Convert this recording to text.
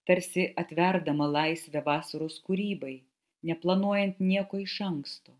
tarsi atverdama laisvę vasaros kūrybai neplanuojant nieko iš anksto